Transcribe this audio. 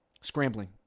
Scrambling